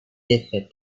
défaites